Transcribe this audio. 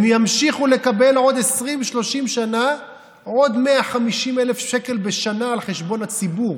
הם ימשיכו לקבל עוד 30-20 שנה עוד 150,000 שקל בשנה על חשבון הציבור.